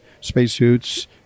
spacesuits